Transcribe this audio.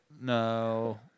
No